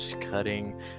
cutting